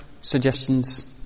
suggestions